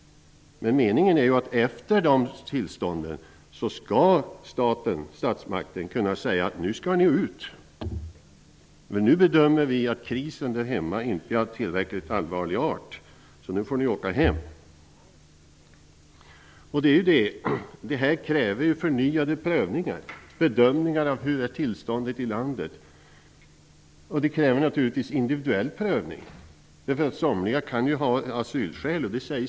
Meningen är ju att statsmakten efter beviljade tillstånd skall kunna säga: Nu skall ni ut. Nu bedömer vi att krisen i hemlandet inte är av tillräckligt allvarlig art, så nu får ni åka hem. Detta kräver förnyade prövningar och bedömningar av tillståndet i landet. Det kräver naturligtvis också individuell prövning, eftersom somliga kan ha asylskäl.